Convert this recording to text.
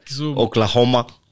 Oklahoma